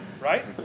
right